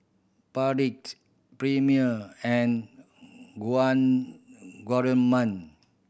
Perdix Premier and Guardsman